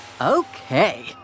Okay